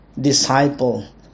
disciple